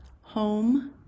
home